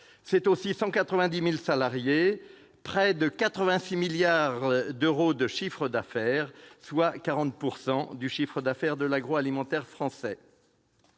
Ce sont aussi 190 000 salariés et près de 85 milliards d'euros de chiffre d'affaires, soit 40 % du chiffre d'affaires de l'agroalimentaire français.